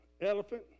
elephant